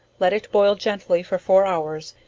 let it boil gently for four hours,